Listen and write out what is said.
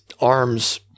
arms